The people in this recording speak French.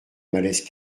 malaise